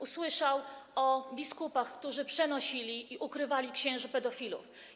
Usłyszał o biskupach, którzy przenosili i ukrywali księży pedofilów.